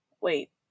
wait